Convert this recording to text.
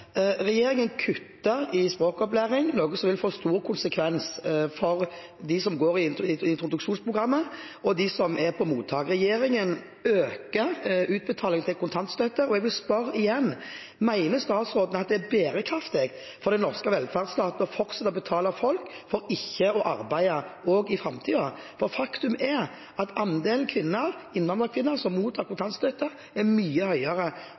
Regjeringen kutter i språkopplæringen, noe som vil få store konsekvenser for dem som er i introduksjonsprogrammet, og dem som er på mottak. Regjeringen øker utbetalingen til kontantstøtte, og jeg vil spørre igjen: Mener statsråden at det er bærekraftig for den norske velferdsstaten å fortsette å betale folk for ikke å arbeide, også i framtiden? Faktum er at andelen innvandrerkvinner som mottar kontantstøtte, er mye høyere